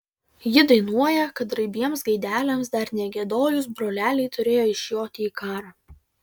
ji dainuoja kad raibiems gaideliams dar negiedojus broleliai turėjo išjoti į karą